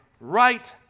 right